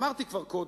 אמרתי כבר קודם,